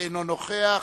אינו נוכח,